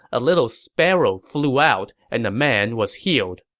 a little sparrow flew out, and the man was healed.